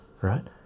right